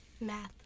Math